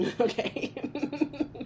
Okay